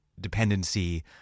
dependency